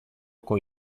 con